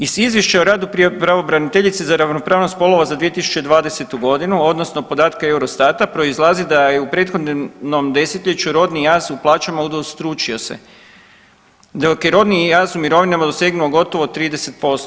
Iz Izvješća o radu pravobraniteljice za ravnopravnost spolova za 2020. godinu, odnosno podatke EUROSTAT-a proizlazi da je u prethodnom desetljeću rodni jaz u plaćama udvostručio se, dok je rodni jaz u mirovinama dosegnuo gotovo 30%